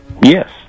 Yes